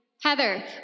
Heather